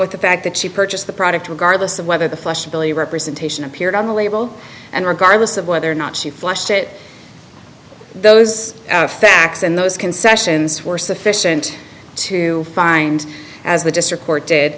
with the fact that she purchased the product regardless of whether the flesh ability representation appeared on the label and regardless of whether or not she flushed it those facts and those concessions were sufficient to find as the district court did